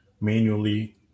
manually